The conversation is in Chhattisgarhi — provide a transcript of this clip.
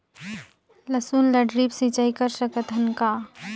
लसुन ल ड्रिप सिंचाई कर सकत हन का?